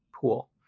pool